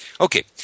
Okay